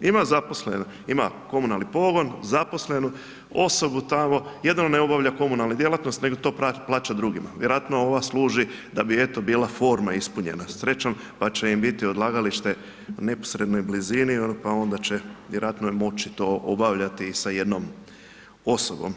ima zaposlene, ima komunalni pogon, zaposlenu osobu tamo, jedino ne obavlja komunalnu djelatnost, nego to plaća drugima, vjerojatno ova služi da bi eto bila forma ispunjena, srećom, pa će im biti odlagalište u neposrednoj blizini, pa onda će vjerojatno to moći obavljati sa jednom osobom.